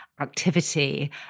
activity